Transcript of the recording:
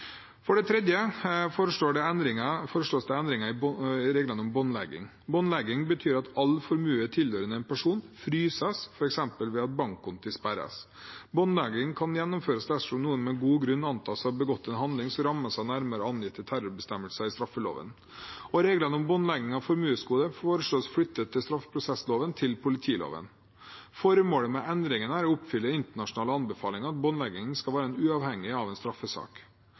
For det tredje foreslås det endringer i reglene om båndlegging. Båndlegging betyr at all formue tilhørende en person fryses, f.eks. ved at bankkonti sperres. Båndlegging kan gjennomføres dersom noen med god grunn antas å ha begått en handling som rammes av nærmere angitte terrorbestemmelser i straffeloven. Reglene om båndlegging av formuesgoder foreslås flyttet fra straffeprosessloven til politiloven. Formålet med endringen er å oppfylle internasjonale anbefalinger om at båndlegging skal være uavhengig av en straffesak.